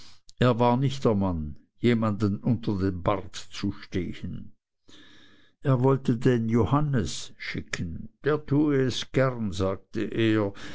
er war nicht der mann jemanden unter den bart zu stehen er wollte den johannes schicken der tue es gerne sagte er